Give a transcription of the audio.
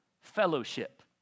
fellowship